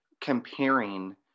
comparing